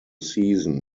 season